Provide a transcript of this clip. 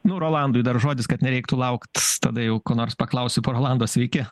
nu rolandui dar žodis kad nereiktų laukt tada jau ko nors paklausiu po rolando sveiki